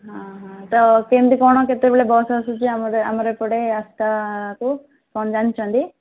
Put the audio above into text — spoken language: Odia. ହଁ ହଁ ତ କେମିତି କ'ଣ କେତେବେଳେ ବସ୍ ଆସୁଛି ଆମର ଆମର ଏପଟେ ଆସ୍କାକୁ କ'ଣ ଜାଣିଛନ୍ତି